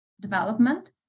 development